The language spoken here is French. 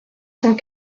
cent